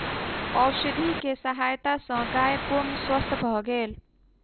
औषधि के सहायता सॅ गाय पूर्ण स्वस्थ भ गेल